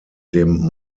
dem